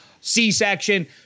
C-section